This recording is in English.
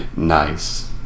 nice